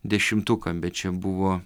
dešimtuką bet čia buvo